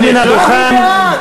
אני יודע בדיוק על מה אני חתום.